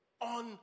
on